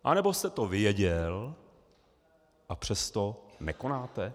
Anebo jste to věděl, a přesto nekonáte?